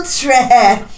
trash